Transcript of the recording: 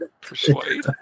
Persuade